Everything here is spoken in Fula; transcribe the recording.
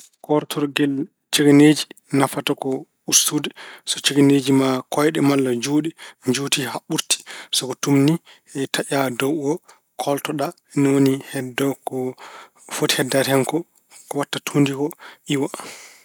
Koortorgel cegeneeji nafata ko ustude. So cegeneeji ma kooyɗe malla juuɗe njuuti haa ɓurti, so ko tuumni, taƴa dow o, kooltoɗa. Ni woni heddo ko foti heddaade hen ko, ko waɗta tuundi ko iwa.